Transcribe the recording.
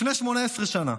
לפני 18 שנה,